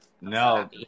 No